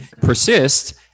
persist